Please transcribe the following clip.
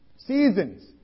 Seasons